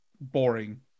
boring